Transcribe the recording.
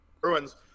Bruins